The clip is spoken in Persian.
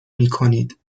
میکنید